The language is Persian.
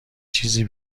چیزی